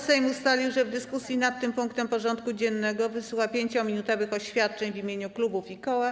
Sejm ustalił, że w dyskusji nad tym punktem porządku dziennego wysłucha 5-minutowych oświadczeń w imieniu klubów i koła.